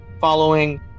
following